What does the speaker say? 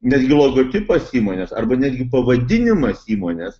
netgi logotipas įmonės arba netgi pavadinimas įmonės